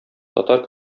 татар